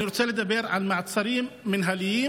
ואני רוצה לדבר על מעצרים מינהליים.